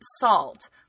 salt